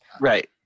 Right